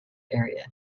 area